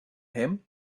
him